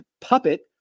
puppet